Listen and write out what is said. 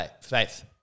faith